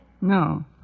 No